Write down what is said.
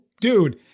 dude